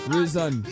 Reason